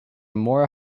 moor